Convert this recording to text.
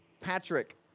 Patrick